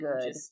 good